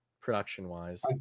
production-wise